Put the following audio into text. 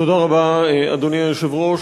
אדוני היושב-ראש,